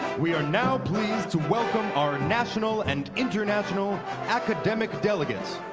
we are now pleased to welcome our national and international academic delegates,